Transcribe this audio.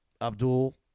Abdul